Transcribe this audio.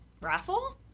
raffle